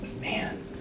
Man